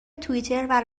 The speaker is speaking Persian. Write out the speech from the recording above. توییتر